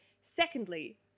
secondly